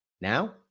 Now